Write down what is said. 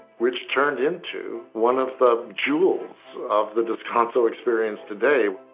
which turned into one of the jewels of the descanso experience today,